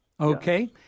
Okay